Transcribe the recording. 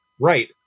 Right